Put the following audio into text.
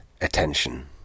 attention